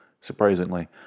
surprisingly